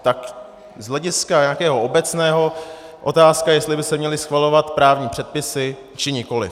Tak z hlediska nějakého obecného je otázka, jestli by se měly schvalovat právní předpisy, či nikoliv.